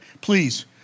please